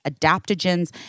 adaptogens